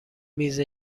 میز